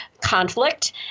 conflict